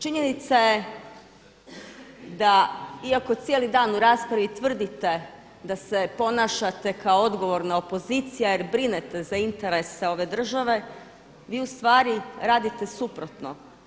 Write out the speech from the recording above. Činjenica je da iako cijeli dan u raspravi tvrdite da se ponašate kao odgovorna opozicija jer brinete za interese ove države vi ustvari radite suprotno.